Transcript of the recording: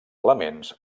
elements